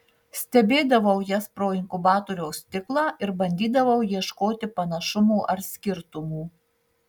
stebėdavau jas pro inkubatoriaus stiklą ir bandydavau ieškoti panašumų ar skirtumų